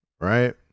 right